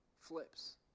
flips